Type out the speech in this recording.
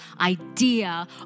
idea